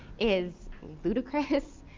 is ludicrous,